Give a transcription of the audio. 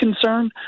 concern